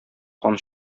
кан